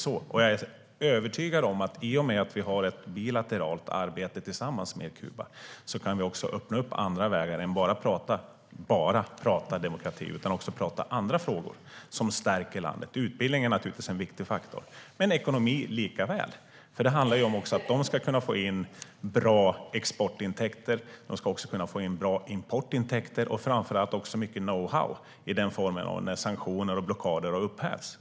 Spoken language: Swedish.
I och med att vi har ett bilateralt arbete tillsammans med Kuba är jag övertygad om att vi kan öppna andra vägar, inte "bara" prata om demokrati utan också prata om andra frågor som stärker landet. Utbildning är naturligtvis en viktig faktor, ekonomi likaså. Det handlar också om att de ska kunna få in bra exportintäkter, bra importintäkter och framför allt mycket know-how när sanktioner och blockader har upphävts.